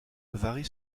varie